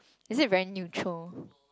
is it very neutral